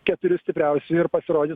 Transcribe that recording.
keturių stipriausių ir pasirodyt